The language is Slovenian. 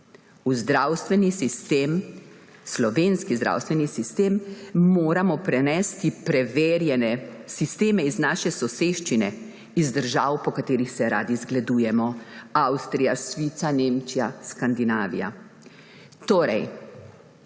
v zdravstvu ne delujeta. V slovenski zdravstveni sistem moramo prenesti preverjene sisteme iz naše soseščine, iz držav, po katerih se radi zgledujemo, Avstrija, Švica, Nemčija, Skandinavija.